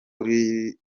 muri